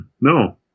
No